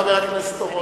חבר הכנסת אורון.